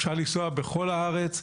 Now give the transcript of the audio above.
אפשר לנסוע בכל הארץ,